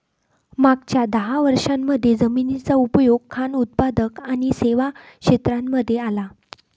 मागच्या दहा वर्षांमध्ये जमिनीचा उपयोग खान उत्पादक आणि सेवा क्षेत्रांमध्ये आला